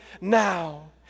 now